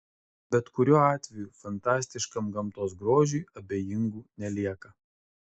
bet kuriuo atveju fantastiškam gamtos grožiui abejingų nelieka